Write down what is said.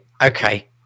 okay